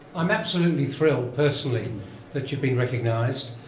i'm absolutely thrilled personally that you've been recognised,